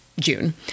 june